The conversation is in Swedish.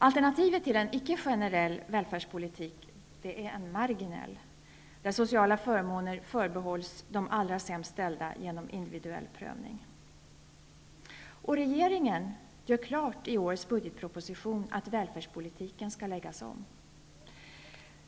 Alternativet till en icke generell välfärdspolitik är en marginell, där sociala förmåner förbehålls de allra sämst ställda genom individuell prövning. Regeringen gör klart i årets budgetproposition att välfärdspolitiken skall läggas om.